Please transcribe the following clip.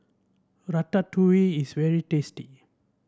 ratatouille is very tasty